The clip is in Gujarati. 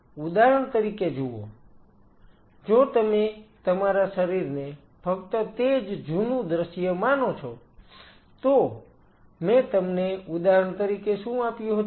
ઉદાહરણ તરીકે જુઓ જો તમે તમારા શરીરને ફક્ત તે જ જુનું દ્રશ્ય માનો છો તો મેં તમને ઉદાહરણ તરીકે શું આપ્યું હતું